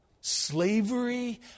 slavery